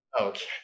Okay